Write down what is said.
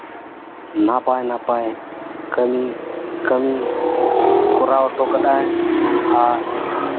ᱱᱟᱯᱟᱭ ᱱᱟᱯᱟᱭ ᱠᱟᱹᱢᱤ ᱠᱟᱹᱢᱤᱭ ᱠᱚᱨᱟᱣ ᱦᱚᱴᱚ ᱠᱟᱫᱟᱭ ᱟᱨ